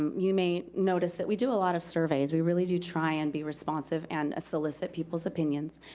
um you may notice that we do a lot of surveys. we really do try and be responsive and solicit people's opinions.